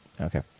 Okay